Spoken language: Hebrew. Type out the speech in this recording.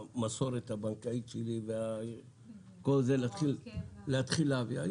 המסורת הבנקאית שלי ולהתחיל להעביר --- הוראות קבע.